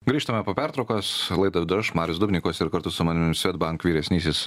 grįžtame po pertraukos laidą vedu aš marius dubnikovas ir kartu su manim swedbank vyresnysis